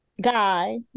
guy